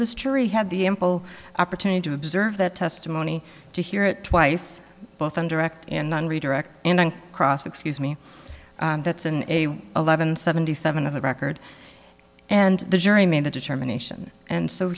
this jury had the ample opportunity to observe that testimony to hear it twice both and direct and then redirect and cross excuse me that's in a eleven seventy seven of the record and the jury made the determination and so